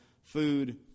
food